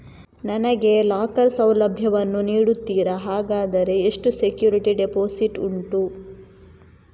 ನನಗೆ ಲಾಕರ್ ಸೌಲಭ್ಯ ವನ್ನು ನೀಡುತ್ತೀರಾ, ಹಾಗಾದರೆ ಎಷ್ಟು ಸೆಕ್ಯೂರಿಟಿ ಡೆಪೋಸಿಟ್ ಉಂಟು?